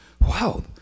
wow